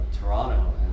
Toronto